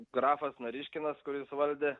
grafas noriškinas kuris valdė